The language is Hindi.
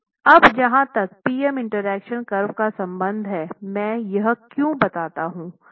अब जहां तक पी एम इंटरैक्शन कर्व का संबंध है मैं यह क्यों बताता हूं